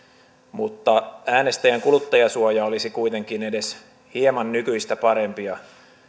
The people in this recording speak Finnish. mutta äänestäjän kuluttajansuoja olisi kuitenkin edes hieman nykyistä parempi